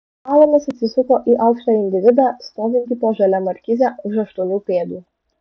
alanas atsisuko į aukštą individą stovintį po žalia markize už aštuonių pėdų